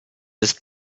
ist